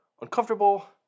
uncomfortable